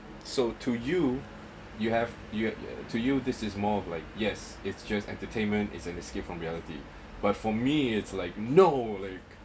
so to you you have have to you this is more of like yes it's just entertainment is an escape from reality but for me it's like no like